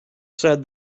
said